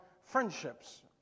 friendships